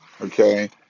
Okay